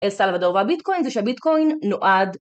אל סלוודור והביטקוין זה שהביטקוין נועד